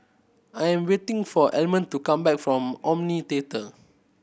I am waiting for Almond to come back from Omni Theatre